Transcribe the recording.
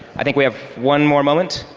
i think we have one more moment.